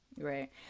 Right